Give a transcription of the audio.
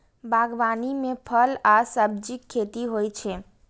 बागवानी मे फल आ सब्जीक खेती होइ छै